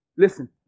Listen